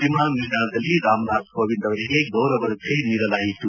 ವಿಮಾನ ನಿಲ್ದಾಣದಲ್ಲಿ ರಾಮನಾಥ್ ಕೋವಿಂದ್ ಅವರಿಗೆ ಗೌರವ ರಕ್ಷೆ ನೀಡಲಾಯಿತು